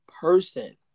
person